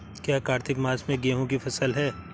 क्या कार्तिक मास में गेहु की फ़सल है?